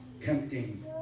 tempting